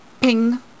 Ping